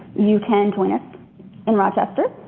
you can join us in rochester.